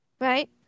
Right